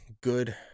good